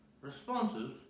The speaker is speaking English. responses